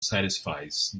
satisfies